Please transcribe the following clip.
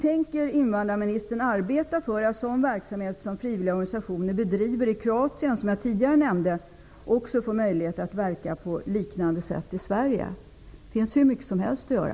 Tänker invandrarministern arbeta för att frivilliga organisationer, som i Kroatien bedriver en sådan verksamhet som jag tidigare nämnde, också får möjlighet att verka på liknande sätt i Sverige? Det finns hur mycket som helst att göra.